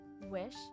Wish